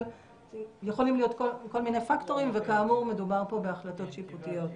אבל יכולים להיות כל מיני פקטורים וכאמור מדובר פה בהחלטות שיפוטיות.